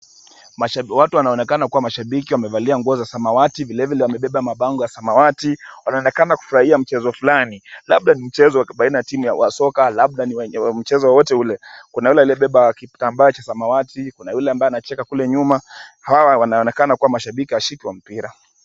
Watu wanaonekana kua mashabiki wamevalia nguo za samawati vile vile wamebeba mabango ya samawati. Wanaonekana kufurahia mchezo fulani labda ni mchezo baina ya timu ya soka labda ni wenye mchezo wowote ule. Kuna yule aliyebeba kitambaa cha samawati na yule ambaye anacheka kule nyuma. Hawa wanaonekana kuwa mashabiki shakiki wa mpira.